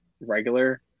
regular